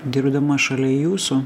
dirbdama šalia jūsų